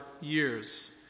years